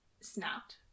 Snapped